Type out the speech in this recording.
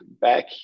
back